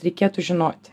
reikėtų žinoti